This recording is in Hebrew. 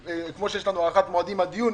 שכמו שיש לנו הארכת מועדים עד יוני,